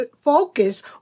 focus